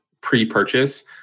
pre-purchase